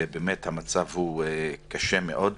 והמצב הוא קשה מאוד.